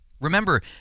Remember